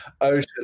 ocean